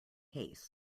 case